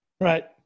right